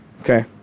Okay